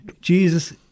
Jesus